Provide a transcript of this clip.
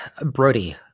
Brody